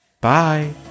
Bye